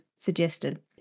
suggested